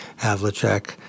Havlicek